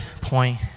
point